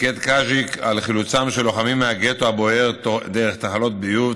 פיקד קאז'יק על חילוצם של לוחמים מהגטו הבוער דרך תעלות ביוב,